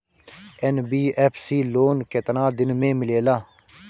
NBFC loan केतना दिन मे मिलेला?